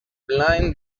blind